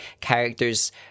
characters